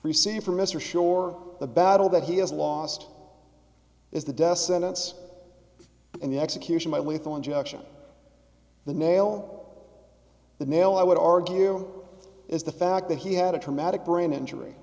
received from mr schorr the battle that he has lost is the death sentence and the execution by lethal injection the nail the nail i would argue is the fact that he had a traumatic brain injury